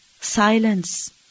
silence